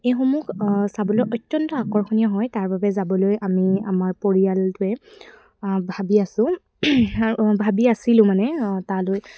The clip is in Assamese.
এইসমূহ চাবলৈ অত্যন্ত আকৰ্ষণীয় হয় তাৰ বাবে যাবলৈ আমি আমাৰ পৰিয়ালটোৱে ভাবি আছোঁ আৰু ভাবি আছিলোঁ মানে তালৈ